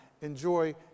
enjoy